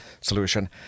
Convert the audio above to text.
solution